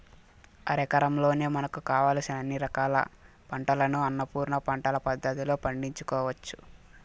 అరెకరంలోనే మనకు కావలసిన అన్ని రకాల పంటలను అన్నపూర్ణ పంటల పద్ధతిలో పండించుకోవచ్చు